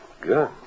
Good